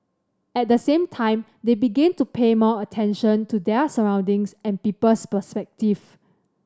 at the same time they begin to pay more attention to their surroundings and people's perspective